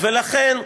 ולכן,